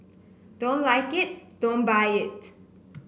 don't like it don't buy it